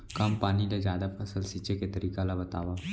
कम पानी ले जादा फसल सींचे के तरीका ला बतावव?